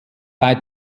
bei